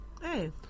Hey